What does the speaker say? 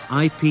IP